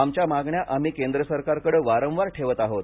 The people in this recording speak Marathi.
आमच्या मागण्या आम्ही केंद्र सरकारकडे वारंवार ठेवत आहोत